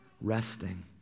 resting